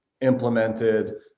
implemented